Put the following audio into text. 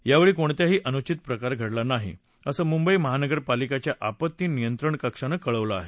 यावेळी कोणत्याही अनुचित प्रकार घडला नाही असं मुंबई महानगरपालिकेच्या आपत्ती नियंत्रण कक्षानं कळवलं आहे